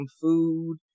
food